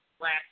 last